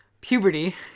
Puberty